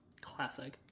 classic